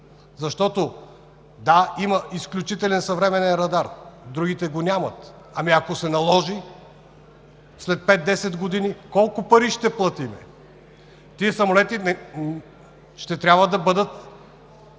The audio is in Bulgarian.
защото има изключителен съвременен радар, а другите го нямат. Ако се наложи след пет-десет години, колко пари ще платим? Тези самолети ще трябва да бъдат